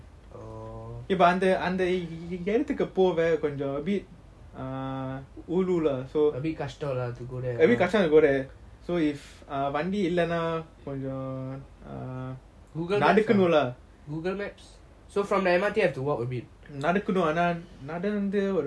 a bit கஷடம்ல:kasatamla ah to go there google maps google maps so from M_R_T you have to walk a bit